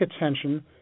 attention